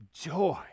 joy